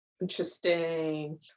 Interesting